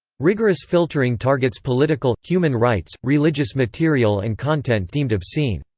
rigorous filtering targets political, human rights, religious material and content deemed obscene.